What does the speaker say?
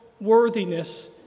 worthiness